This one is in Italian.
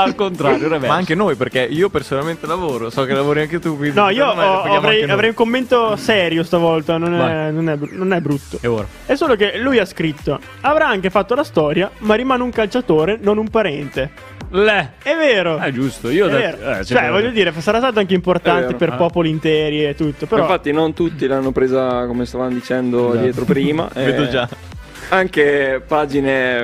Al contrario, non è vero. Ma anche noi, perché io personalmente lavoro, so che lavori anche tu, quindi No, secondo io me, ho- me le paghiamo avrei- anche noi. avrei un commento serio stavolta, non Vai. è- non è br- non è brutto. E ora? È solo che lui ha scritto, "Avrà anche fatto la storia, ma rimane un calciatore, non un parente." Le. È vero. Eh, è giusto, io ho È detto- vero. eh, sì, Cioè, però- voglio dire, f- sarà stato anche importante È vero, per ah. popoli interi e tutto, però- Infatti, non tutti l'hanno presa, come stavamo dicendo Già. dietro prima, Vedo eh, già. anche pagine